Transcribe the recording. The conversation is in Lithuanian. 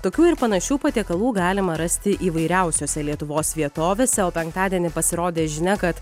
tokių ir panašių patiekalų galima rasti įvairiausiose lietuvos vietovėse o penktadienį pasirodė žinia kad